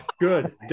Good